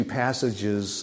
passages